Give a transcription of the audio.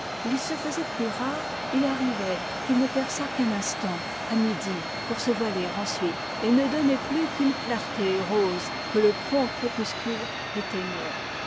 il se faisait plus rare il arrivait qu'il ne perçât qu'un instant à midi pour se voiler ensuite et ne donner plus qu'une clarté rose que le prompt crépuscule éteignait